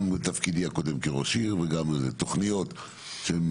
גם מתפקידי הקודם כראש עיר, תוכניות שהן